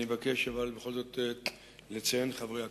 אני אבקש אבל בכל זאת לציין, חברי הכנסת,